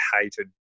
hated